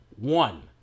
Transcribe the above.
one